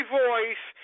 voice